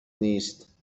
نیست